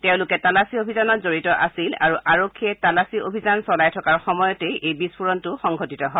তেওঁলোকে তালাচী অভিযানত জড়িত আছিল আৰু আৰক্ষীয়ে তালাচী অভিযান চলাই থকাৰ সময়তে বিস্ফাৰণটো সংঘটিত হয়